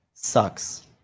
sucks